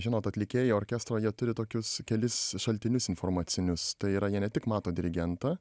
žinot atlikėjai orkestro jie turi tokius kelis šaltinius informacinius tai yra jie ne tik mato dirigentą